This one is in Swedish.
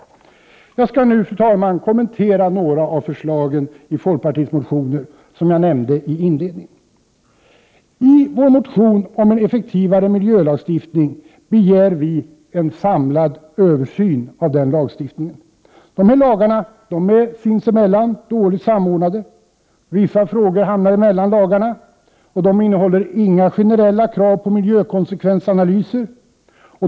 Jag skall nu, fru talman, kommentera några av förslagen i de motioner från folkpartiet som jag nämnde i inledningen. I vår motion om en effektivare miljölagstiftning begär vi en samlad översyn av lagstiftningen. Lagarna är sinsemellan dåligt samordnade; vissa frågor hamnar mellan lagarna, de innehåller inga generella krav på miljökonsekvensanalyser.